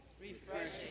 Refreshing